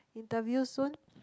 interview soon